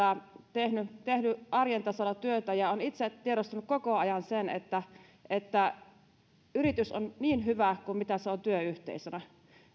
tehnyt arjen tasolla työtä ja olen itse tiedostanut koko ajan sen että että yritys on niin hyvä kuin mitä se on työyhteisönä